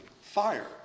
fire